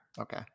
Okay